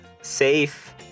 safe